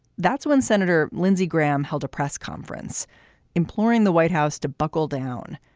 that's when senator lindsey graham held a press conference imploring the white house to buckle down,